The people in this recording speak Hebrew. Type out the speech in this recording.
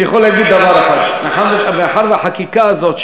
אני יכול להגיד דבר אחד: מאחר שהחקיקה הזאת,